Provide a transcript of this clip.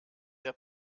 der